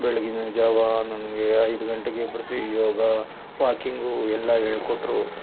ಬೆಳಗ್ಗಿನ ಜಾವ ನನಗೆ ಐದು ಗಂಟೆಗೆ ಎಬ್ಬಿಸಿ ಯೋಗ ವಾಕಿಂಗು ಎಲ್ಲ ಹೇಳ್ಕೊಟ್ರು